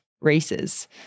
races